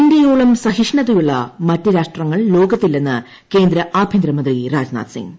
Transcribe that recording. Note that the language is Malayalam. ഇന്ത്യയോളം സഹിഷ്ണുതയുള്ള മറ്റ് രാഷ്ട്രങ്ങൾ ലോകത്തില്ലെന്ന് കേന്ദ്ര ആഭ്യന്തര മന്ത്രി രാജ്നാഥ്സിംഗ്